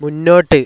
മുൻപോട്ട്